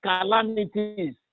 calamities